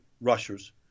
rushers